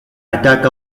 attack